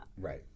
Right